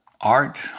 art